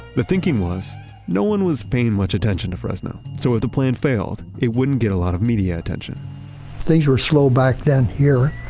the thinking was no one was paying much attention to fresno, so if the plan failed, it wouldn't get a lot of media attention things were slow back then here.